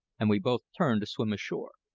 and we both turned to swim ashore.